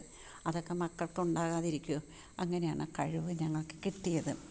അതൊക്കെ മക്കൾക്കുണ്ടാകാതിരിക്കുമോ അങ്ങനെയാണ് ആ കഴിവ് ഞങ്ങൾക്ക് കിട്ടിയത്